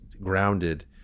grounded